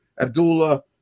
Abdullah